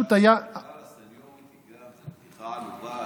דרך אגב,